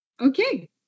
Okay